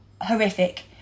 horrific